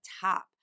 top